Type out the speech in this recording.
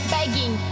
Begging